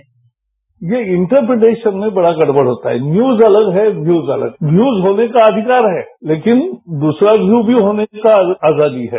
bite ये interpretation में बड़ा गड़बड़ होता है न्यूज अलग है व्यूज अलग है न्यूज होने का अधिकार है लेकिन दूसरा व्यू भी होना का आजादी है